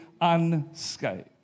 unscathed